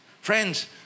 friends